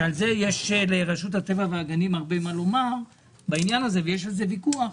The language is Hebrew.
שעל זה יש לרשות הטבע והגנים הרבה מה לומר וגם יש על זה ויכוח,